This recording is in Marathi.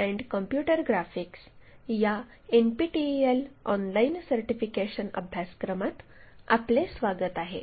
एन्ड कम्प्यूटर ग्राफिक्स या एनपीटीईएल ऑनलाइन सर्टिफिकेशन अभ्यासक्रमात आपले स्वागत आहे